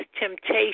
temptation